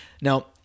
Now